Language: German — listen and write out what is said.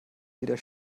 wieder